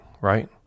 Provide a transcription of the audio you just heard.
right